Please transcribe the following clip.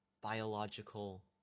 biological